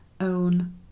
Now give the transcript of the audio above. own